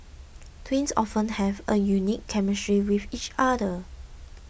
twins often have a unique chemistry with each other